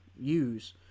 use